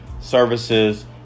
services